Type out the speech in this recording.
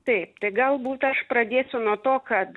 taip tai galbūt aš pradėsiu nuo to kad